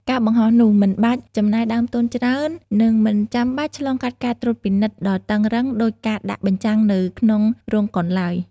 ការបង្ហោះនោះ មិនបាច់ចំណាយដើមទុនច្រើន និងមិនចាំបាច់ឆ្លងកាត់ការត្រួតពិនិត្យដ៏តឹងរ៉ឹងដូចការដាក់បញ្ចាំងនៅក្នុងរោងកុនឡើយ។